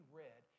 read